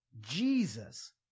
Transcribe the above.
Jesus